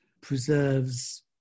preserves